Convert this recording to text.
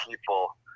people